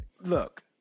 look